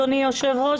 אדוני היושב-ראש,